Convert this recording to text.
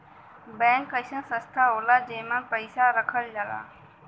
bank अइसन संस्था होला जेमन पैसा रखल जाला